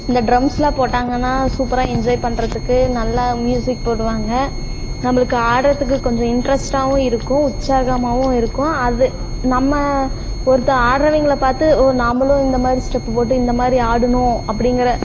இந்த டிரம்ஸெலாம் போட்டாங்கனால் சூப்பராக என்ஜாய் பண்ணுறதுக்கு நல்லா மியூசிக் போடுவாங்க நம்மளுக்கு ஆடுறதுக்கு கொஞ்சம் இன்ட்ரஸ்ட்டாகவும் இருக்கும் உற்சாகமாகவும் இருக்கும் அது நம்ம ஒருத்த ஆடுறவங்கள பார்த்து ஓ நம்மளும் இந்த மாதிரி ஸ்டெப்பு போட்டு இந்த மாதிரி ஆடணும் அப்படிங்கிற